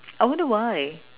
I wonder why